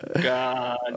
God